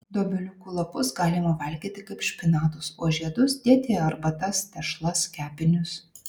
dobiliukų lapus galima valgyti kaip špinatus o žiedus dėti į arbatas tešlas kepinius